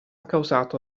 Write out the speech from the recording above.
causato